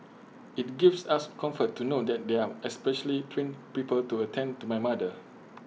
IT gives us comfort to know that there are specially trained people to attend to my mother